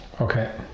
Okay